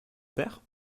père